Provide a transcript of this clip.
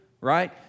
right